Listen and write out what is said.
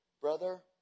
brother